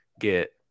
get